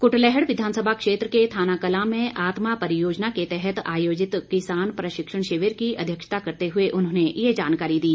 कुटलैहड़ विधानसभा क्षेत्र के थानाकलां में आत्मा परियोजना के तहत आयोजित किसान प्रशिक्षण शिविर की अध्यक्षता करते हुए उन्होंने यह जानकारी दी